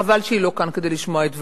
חבל שהיא לא כאן כדי לשמוע את דברי.